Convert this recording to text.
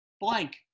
blank